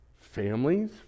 families